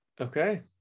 Okay